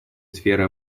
сфера